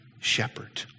shepherd